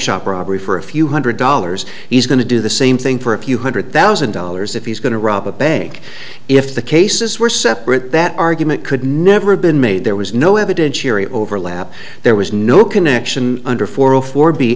shop robbery for a few hundred dollars he's going to do the same thing for a few hundred thousand dollars if he's going to rob a bank if the cases were separate that argument could never been made there was no evidentiary overlap there was no connection under four hundred four be